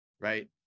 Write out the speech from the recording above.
right